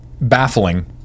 baffling